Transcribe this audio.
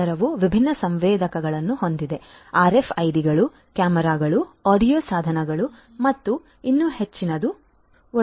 ಈ ಪದರವು ವಿಭಿನ್ನ ಸಂವೇದಕಗಳು ಆರ್ಎಫ್ಐಡಿಗಳು ಕ್ಯಾಮೆರಾಗಳು ಆಡಿಯೊ ಸಾಧನಗಳು ಮತ್ತು ಇನ್ನೂ ಹೆಚ್ಚಿನದನ್ನು ಒಳಗೊಂಡಿರುತ್ತದೆ